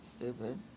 Stupid